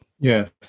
Yes